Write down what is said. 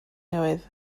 newydd